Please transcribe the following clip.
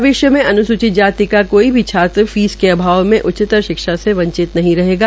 भविष्य में अनुसूचित जाति का कोई भी छात्र फीस के अभाव में उच्चतर शिक्षा से वंचित नहीं होगा